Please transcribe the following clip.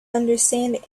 understand